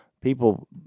people